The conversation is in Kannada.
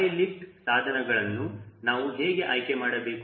ಹೈ ಲಿಫ್ಟ್ ಸಾಧನಗಳನ್ನು ನಾವು ಹೇಗೆ ಆಯ್ಕೆ ಮಾಡಬೇಕು